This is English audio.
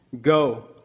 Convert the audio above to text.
Go